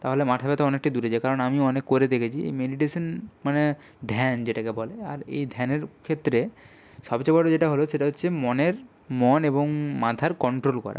তাহলে মাথা ব্যথা অনেকটাই দূরে যায় কারণ আমিও অনেক করে দেখেছি মেডিটেশান মানে ধ্যান যেটাকে বলে আর এই ধ্যানের ক্ষেত্রে সবচেয়ে বড় যেটা হলো সেটা হচ্ছে মনের মন এবং মাথার কন্ট্রোল করা